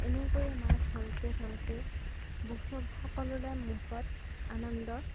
এনেকৈয়ে মাছ ধৰোঁতে ধৰোঁতে বচব সকলোৰে মূখত আনন্দ